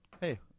Hey